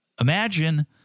Imagine